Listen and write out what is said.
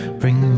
bring